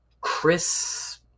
Chris